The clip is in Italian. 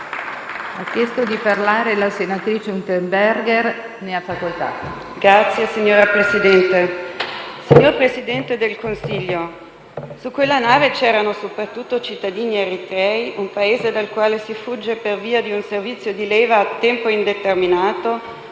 *(Aut (SVP-PATT, UV))*. Signor Presidente del Consiglio, su quella nave c'erano soprattutto cittadini dell'Eritrea, un Paese dal quale si fugge per via di un servizio di leva a tempo indeterminato,